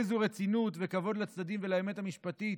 באיזו רצינות ובאיזה כבוד לצדדים ולאמת המשפטית,